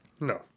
No